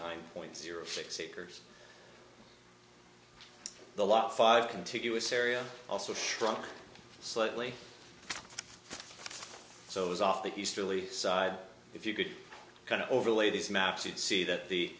nine point zero six acres the last five contiguous area also shrunk slightly so it was off the easterly side if you could kind of overlay these maps you'd see that the